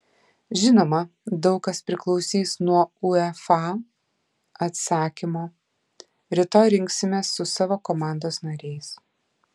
žinoma daug kas priklausys nuo uefa atsakymo rytoj rinksimės su savo komandos nariais